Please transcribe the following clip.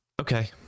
okay